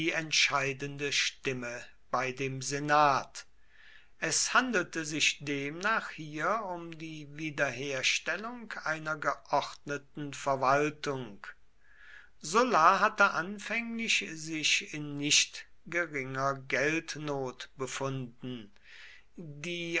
entscheidende stimme bei dem senat es handelte sich demnach hier um die wiederherstellung einer geordneten verwaltung sulla hatte anfänglich sich in nicht geringer geldnot befunden die